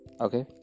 okay